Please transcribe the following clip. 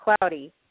cloudy